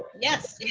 yes.